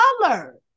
color